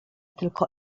tylko